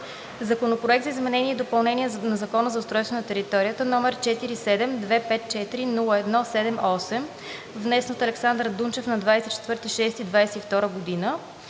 Законопроект за изменение и допълнение на Закона за устройство на територията, № 47-254-01-78, внесен от Александър Дунчев на 24 юни